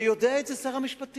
ויודע את זה שר המשפטים.